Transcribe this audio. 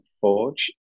Forge